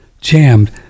jammed